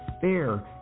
fair